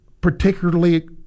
particularly